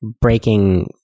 breaking